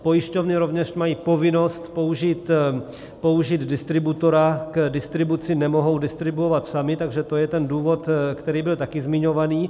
Pojišťovny rovněž mají povinnost použít distributora k distribuci, nemohou distribuovat samy, takže to je ten důvod, který byl taky zmiňovaný.